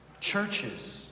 churches